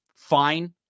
fine